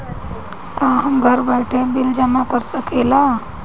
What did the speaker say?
का हम घर बइठे बिल जमा कर शकिला?